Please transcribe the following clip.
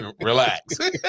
Relax